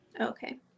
Okay